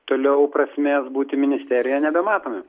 toliau prasmės būti ministerijoj nebematome